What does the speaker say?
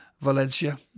Valencia